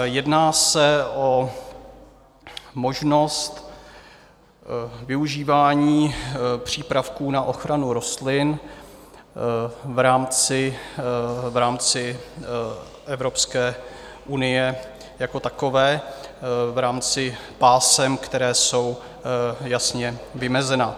Jedná se o možnost využívání přípravků na ochranu rostlin v rámci Evropské unie jako takové v rámci pásem, která jsou jasně vymezena.